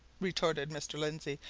retorted mr. lindsey.